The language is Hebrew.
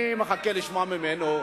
אני מחכה לשמוע ממנו.